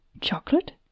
Chocolate